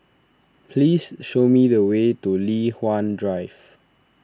please show me the way to Li Hwan Drive